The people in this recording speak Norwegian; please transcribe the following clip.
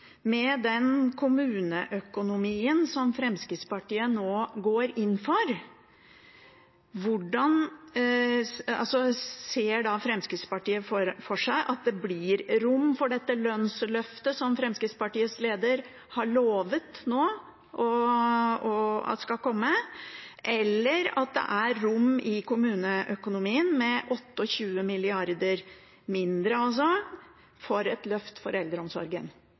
kommuneøkonomien som Fremskrittspartiet nå går inn for, ser da Fremskrittspartiet for seg at det blir rom for dette lønnsløftet som Fremskrittspartiets leder har lovet nå at skal komme, eller at det er rom i kommuneøkonomien, med 28 mrd. kr mindre, for et løft for eldreomsorgen?